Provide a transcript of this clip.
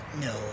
no